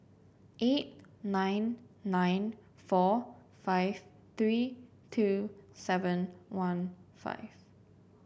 eight nine nine four five three two seven one five